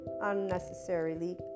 unnecessarily